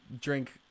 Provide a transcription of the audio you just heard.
drink